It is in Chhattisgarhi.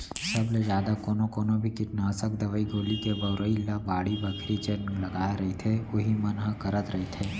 सब ले जादा कोनो कोनो भी कीटनासक दवई गोली के बउरई ल बाड़ी बखरी जेन लगाय रहिथे उही मन ह करत रहिथे